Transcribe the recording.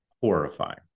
horrifying